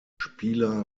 spieler